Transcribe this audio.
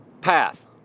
path